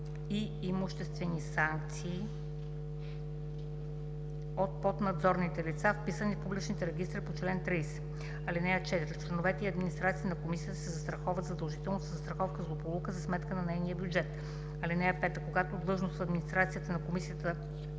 и имуществени санкции от поднадзорните лица, вписани в публичните регистри по чл. 30. (4) Членовете и администрацията на комисията се застраховат задължително със застраховка "Злополука" за сметка на нейния бюджет. (5) Когато длъжност в администрацията на комисията